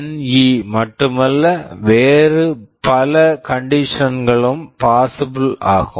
இ BNE மட்டுமல்ல வேறு பல கண்டிஷன்ஸ் conditions களும் பாசிபிள் possible ஆகும்